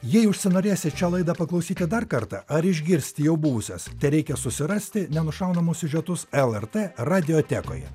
jei užsinorėsit šią laidą paklausyti dar kartą ar išgirsti jau buvusias tereikia susirasti nenušaunamus siužetus lrt radiotekoje